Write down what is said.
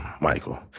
Michael